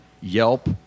Yelp